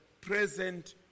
present